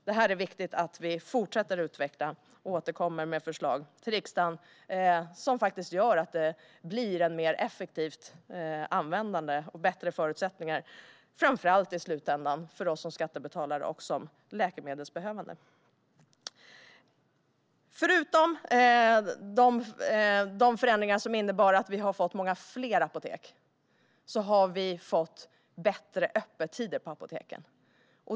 Det är viktigt att vi fortsätter att utveckla detta och att regeringen återkommer med förslag till riksdagen som gör att det blir ett mer effektivt användande och i slutändan bättre förutsättningar framför allt för oss som skattebetalare och läkemedelsbehövande. Förutom de förändringar som innebar att vi har fått många fler apotek har vi fått bättre öppettider på apoteken.